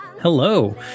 Hello